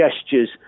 gestures